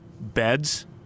beds